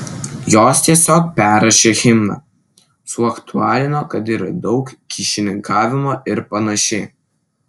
jos tiesiog perrašė himną suaktualino kad yra daug kyšininkavimo ir panašiai